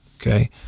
Okay